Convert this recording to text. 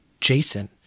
Jason